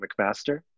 McMaster